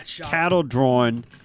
cattle-drawn